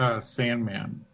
Sandman